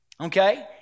okay